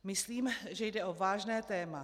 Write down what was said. Myslím, že jde o vážné téma.